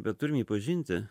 bet turim jį pažinti